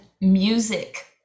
music